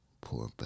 Poor